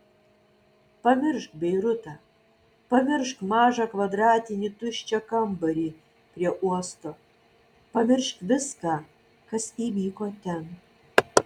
pamiršk beirutą pamiršk mažą kvadratinį tuščią kambarį prie uosto pamiršk viską kas įvyko ten